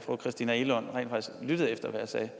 fru Christina Egelund rent faktisk lyttede efter, hvad jeg sagde.